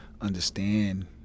understand